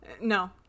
No